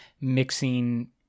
mixing